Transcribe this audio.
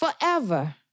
forever